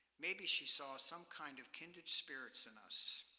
maybe she saw some kind of kindred spirits in us.